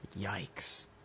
Yikes